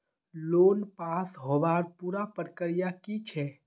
Loan pass होबार पुरा प्रक्रिया की छे?